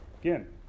again